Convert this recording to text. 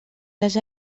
les